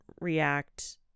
react